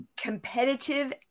competitive